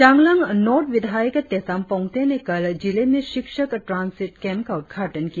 Changlang north विधायक तेसम पोंगते ने कल जिले में शिक्षक ट्रांसिट केंप का उद्घाटन किया